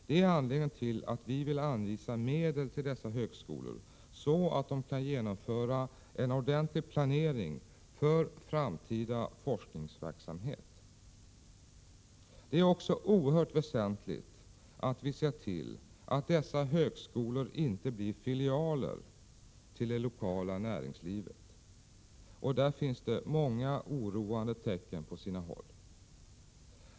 Detta är anledningen till att vi vill anvisa medel till dessa högskolor så att de kan genomföra en ordentlig planering för framtida forskningsverksamhet. Det är också oerhört väsentligt att vi ser till att dessa högskolor inte blir filialer till det lokala näringslivet. På sina håll finns det många oroande tecken.